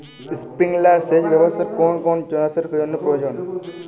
Sprinkler সেচ ব্যবস্থার কোন কোন চাষের জন্য প্রযোজ্য?